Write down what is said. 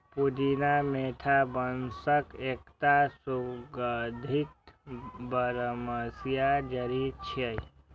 पुदीना मेंथा वंशक एकटा सुगंधित बरमसिया जड़ी छियै